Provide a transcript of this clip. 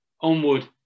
onward